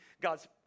God's